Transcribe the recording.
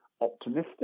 optimistic